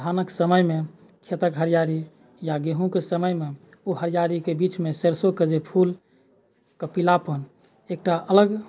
धानक समयमे खेतक हरियाली या गहूँमके समयमे ओ हरियालीके बीचमे सेरसोके जे फूलके पीलापन एकटा अलग